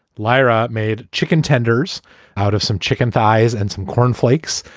lara made chicken tenders out of some chicken thighs and some cornflakes.